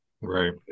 Right